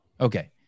Okay